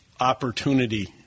opportunity